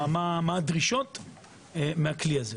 ויידע מה הדרישות לכלי.